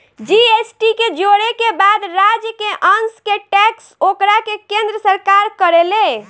GST के जोड़े के बाद राज्य के अंस के टैक्स ओकरा के केन्द्र सरकार करेले